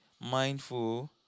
mindful